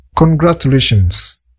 Congratulations